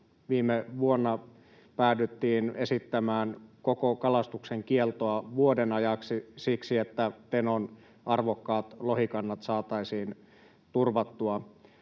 Viime vuonna päädyttiin esittämään koko kalastuksen kieltoa vuoden ajaksi, siksi että Tenon arvokkaat lohikannat saataisiin turvattua.